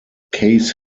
case